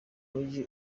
mugi